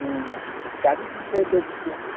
हाँ चालीस रुपये दे दीजिएगा